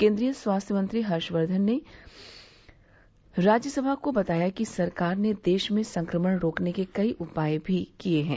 केन्द्रीय स्वास्थ्य मंत्री हर्ष वर्धन ने राज्य सभा को बताया कि सरकार ने देश में संक्रमण रोकने के कई अन्य उपाय भी किये हैं